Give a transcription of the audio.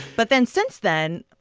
but then, since then,